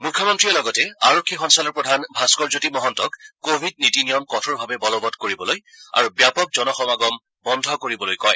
মুখ্যমন্ত্ৰীয়ে লগতে আৰক্ষী সঞ্চালকপ্ৰধান ভাস্কৰজ্যোতি মহন্তক কোৱিড নীতি নিয়ম কঠোৰভাৱে বলবং কৰিবলৈ আৰু ব্যাপক জন সমাগম বন্ধ কৰিবলৈ কয়